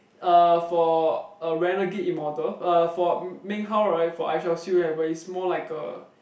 uh for a Renegade Immortal uh for Meng-Hao right for I shall seal heaven it's more like a